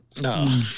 No